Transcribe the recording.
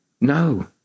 No